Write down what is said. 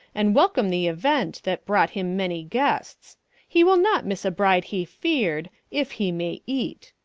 and welcome the event that brought him many guests he will not miss a bride he feared, if he may eat.